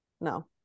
no